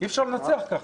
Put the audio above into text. אי-אפשר לנצח ככה.